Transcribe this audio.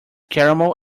caramel